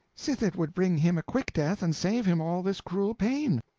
sith it would bring him a quick death and save him all this cruel pain.